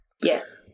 Yes